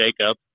Jacob